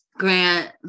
Grant